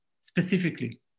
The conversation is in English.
specifically